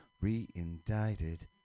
re-indicted